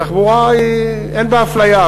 התחבורה אין בה אפליה,